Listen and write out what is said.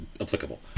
applicable